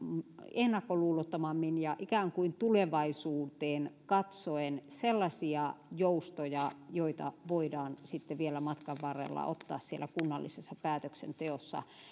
ennakkoluulottomammin ja ikään kuin tulevaisuuteen katsoen sellaisia joustoja joita voidaan vielä matkan varrella panna siellä kunnallisessa päätöksenteossa